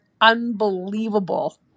unbelievable